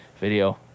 Video